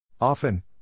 Often